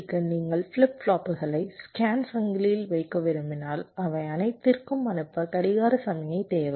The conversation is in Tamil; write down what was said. க்கு நீங்கள் ஃபிளிப் ஃப்ளாப்புகளை ஸ்கேன் சங்கிலியில் வைக்க விரும்பினால் அவை அனைத்திற்கும் அணுப்ப கடிகார சமிக்ஞை தேவை